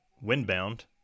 Windbound